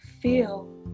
feel